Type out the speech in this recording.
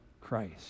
Christ